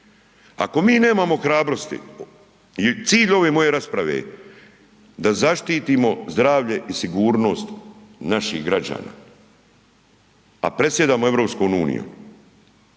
Ako mi nemamo hrabrosti i cilj ove moje rasprave je da zaštitimo zdravlje i sigurnost naših građana, a predsjedamo EU. Ako se